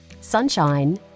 sunshine